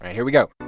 here we go